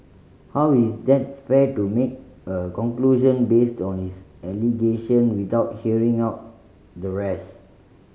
how is that fair to make a conclusion based on his allegation without hearing out the rest